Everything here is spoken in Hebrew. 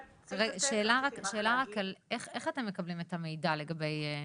שאלה רק, איך אתם מקבלים את המידע לגבי,